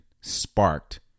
sparked